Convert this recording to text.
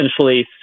Essentially